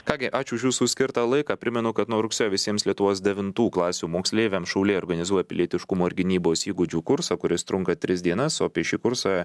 ką gi ačiū už jūsų skirtą laiką primenu kad nuo rugsėjo visiems lietuvos devintų klasių moksleiviams šauliai organizuoja pilietiškumo ir gynybos įgūdžių kursą kuris trunka tris dienas o apie šį kursą